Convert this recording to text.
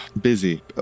Busy